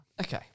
Okay